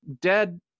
Dead